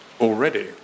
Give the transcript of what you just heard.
already